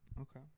Okay